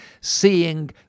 seeing